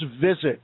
visit